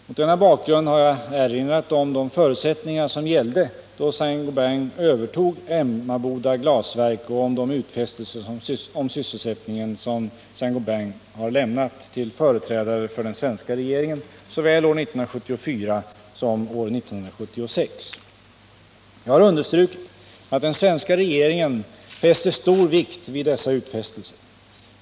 Mot denna bakgrund har jag erinrat om de förutsättningar som gällde då Saint Gobain övertog Emmaboda Glasverk och om de utfästelser om sysselsättningen som Saint Gobain har lämnat till företrädare för den svenska regeringen såväl år 1974 som år 1976. Jag har understrukit att den svenska regeringen fäster stor vikt vid dessa utfästelser.